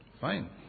Fine